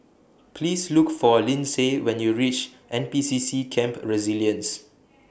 Please Look For Lyndsay when YOU REACH N P C C Camp Resilience